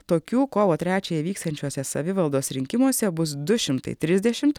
tokių kovo trečiąją vyksiančiuose savivaldos rinkimuose bus du šimtai trisdešimt